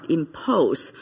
impose